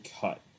cut